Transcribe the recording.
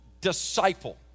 disciple